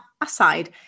aside